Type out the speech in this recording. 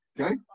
Okay